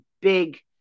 big